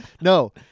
no